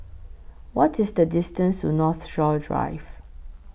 What IS The distance to Northshore Drive